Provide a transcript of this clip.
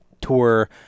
Tour